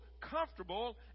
comfortable